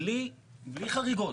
בלי חריגות.